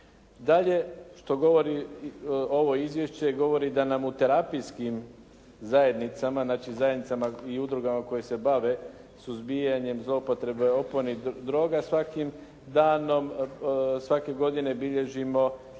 Dalje što govori ovo izvješće, govori da nam u terapijskim zajednicama, znači zajednicama i udrugama koje se bave suzbijanje zloupotrebe opojnih droga svakim danom, svake godine bilježimo sve